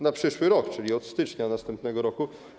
Na przyszły rok, czyli od stycznia następnego roku.